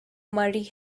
mary